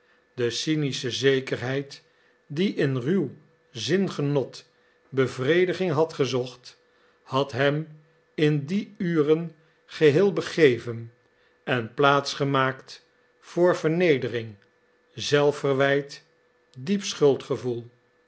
de cynische zekerheid die in ruw zingenot bevrediging had gezocht had hem in die uren geheel begeven en plaats gemaakt voor vernedering zelfverwijt diep schuldgevoel